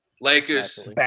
Lakers